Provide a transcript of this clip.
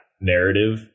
narrative